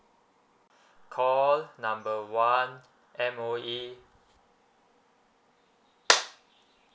call number one M_O_E